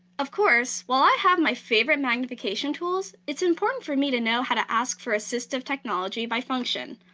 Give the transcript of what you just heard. of course, while i have my favorite magnification tools, it's important for me to know how to ask for assistive technology by function,